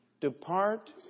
depart